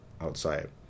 outside